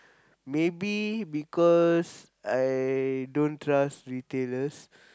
maybe because I don't trust retailers